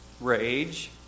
rage